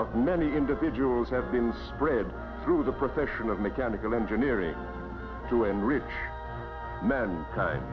of many individuals have been spread through the profession of mechanical engineering to enrich men